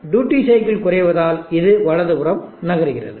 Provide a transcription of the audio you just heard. duty cycle குறைவதால் இது வலதுபுறம் நகருகிறது